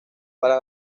para